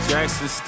Jackson